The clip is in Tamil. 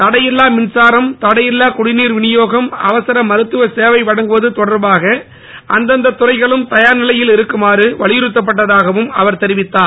தடையில்லா மின்சாரம் தடையில்லா குடிநீர் விநியோகம் அவசர மருத்துவ சேவை வழங்குவது தொடர்பாக அந்தந்த துறைகளும் தயார் நிலையில் இருக்குமாறு வலியுறுத்தப்பட்டதாக அவர் கூறினார்